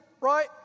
right